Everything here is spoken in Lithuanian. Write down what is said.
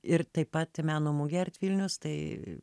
ir taip pat meno mugė art vilnius tai